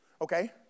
okay